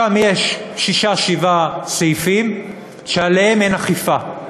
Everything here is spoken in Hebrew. ושם יש שישה-שבעה סעיפים שעליהם אין אכיפה,